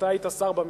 אתה היית שר בממשלה,